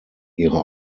ihre